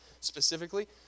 specifically